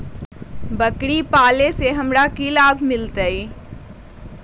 बकरी पालने से हमें क्या लाभ मिलता है?